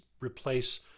replace